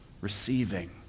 receiving